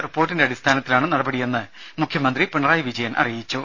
റിപ്പോർട്ടിന്റെ അടിസ്ഥാനത്തിലാണ് നടപടിയെന്ന് മുഖ്യമന്ത്രി പിണറായി വിജയൻ അറിയിച്ചു